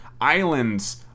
islands